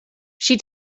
she